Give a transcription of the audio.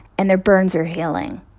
and their burns are healing